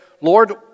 Lord